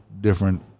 different